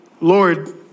Lord